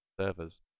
servers